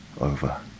over